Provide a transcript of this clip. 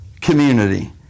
community